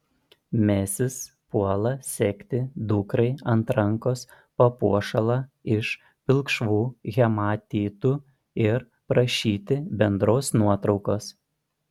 mesis puola segti dukrai ant rankos papuošalą iš pilkšvų hematitų ir prašyti bendros nuotraukos